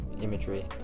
imagery